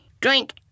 drink